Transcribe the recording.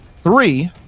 three